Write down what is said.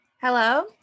Hello